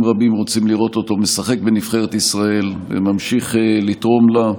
רבים רוצים לראות אותו משחק בנבחרת ישראל וממשיך לתרום לה.